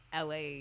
la